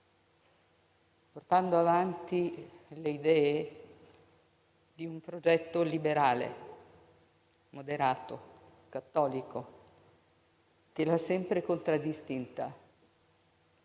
portando avanti le idee di un progetto liberale, moderato e cattolico che l'ha sempre contraddistinta.